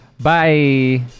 Bye